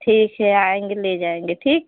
ठीक है आएँगे ले जाएँगे ठीक